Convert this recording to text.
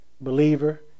believer